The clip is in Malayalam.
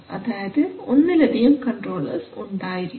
അതായത് ഒന്നിലധികം കൺട്രോളർസ് ഉണ്ടായിരിക്കും